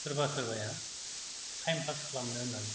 सोरबा सोरबाया टाइमपास खालामनो होननानै